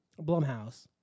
Blumhouse